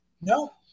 No